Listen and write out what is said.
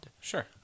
Sure